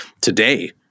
Today